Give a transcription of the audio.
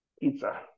Pizza